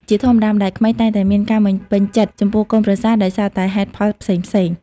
ជាធម្មតា ម្តាយក្មេកតែងតែមានការមិនពេញចិត្តចំពោះកូនប្រសា ដោយសារតែហេតុផលផ្សេងៗ។